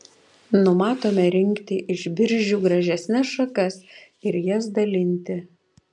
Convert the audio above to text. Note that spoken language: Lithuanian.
numatome rinkti iš biržių gražesnes šakas ir jas dalinti